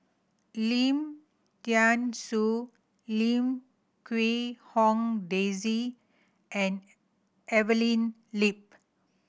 Lim Thean Soo Lim Quee Hong Daisy and Evelyn Lip